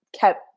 kept